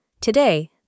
Today